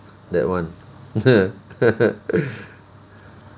that one